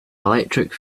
electric